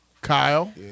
Kyle